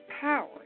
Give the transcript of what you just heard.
power